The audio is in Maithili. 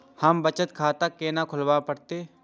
हमू बचत खाता केना खुलाबे परतें?